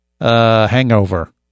hangover